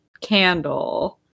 Candle